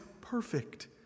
perfect